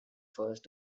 first